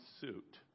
suit